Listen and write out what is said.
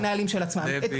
הנהלים של עצמם --- דבי.